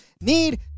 need